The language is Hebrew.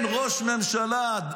בלשכת ראש הממשלה --- אם אין ראש ממשלה,